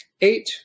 eight